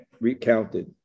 recounted